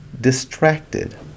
distracted